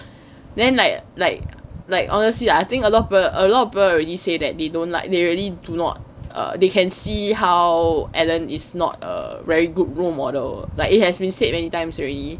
then like like like honestly I think a lot of people a lot of people already say that they don't like they really do not err they can see how ellen is not a very good role model like it has been said many times already